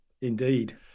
Indeed